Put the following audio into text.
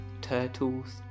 turtles